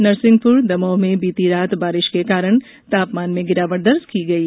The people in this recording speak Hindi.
नरसिंहपूर दमोह में बीती रात बारिश के कारण तापमान में गिरावट दर्ज की गयी